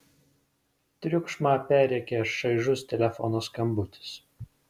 triukšmą perrėkia šaižus telefono skambutis